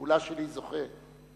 כולה שלי, זוכה.